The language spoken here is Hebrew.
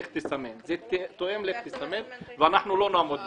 אנחנו לא נעמוד בזה.